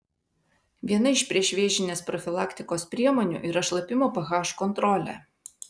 viena iš priešvėžinės profilaktikos priemonių yra šlapimo ph kontrolė